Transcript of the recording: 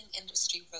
industry